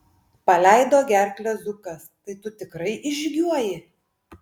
paleido gerklę zukas tai tu tikrai išžygiuoji